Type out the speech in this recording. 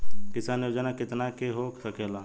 किसान योजना कितना के हो सकेला?